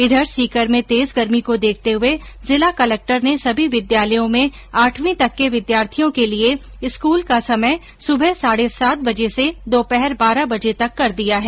इधर सीकर में तेज गर्मी को देखते हए जिला कलेक्टर ने सभी विद्यालयों में आठवीं तक के विद्यार्थियों के लिए स्कूल का समय सुबह साढे सात बजे से दोपहर बारह बजे तक कर दिया है